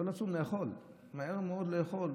לא לצום ומהר מאוד לאכול.